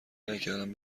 نکردم